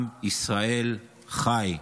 עם ישראל חי.